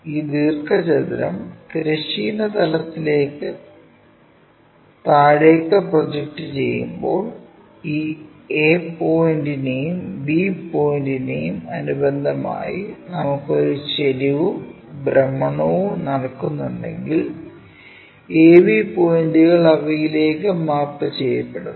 ഈ ദീർഘചതുരം തിരശ്ചീന തലത്തിലേക്ക് താഴേക്ക് പ്രൊജക്റ്റ് ചെയ്യുമ്പോൾ ഈ A പോയിന്റിനെയും B പോയിന്റിനെയും അനുബന്ധമായി നമുക്ക് ഒരു ചെരിവും ഭ്രമണവും നടക്കുന്നുണ്ടെങ്കിൽ AB പോയിന്റുകൾ അവയിലേക്ക് മാപ്പുചെയ്യപ്പെടും